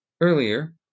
earlier